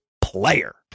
PLAYER